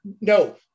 No